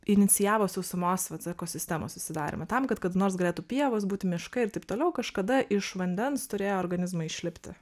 inicijavo sausumos vat ekosistemos susidarymą tam kad kada nors galėtų pievos būt miškai ir taip toliau kažkada iš vandens turėjo organizmai išlipti